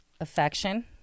Affection